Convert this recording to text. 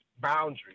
boundaries